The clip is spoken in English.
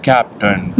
Captain